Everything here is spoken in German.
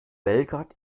belgrad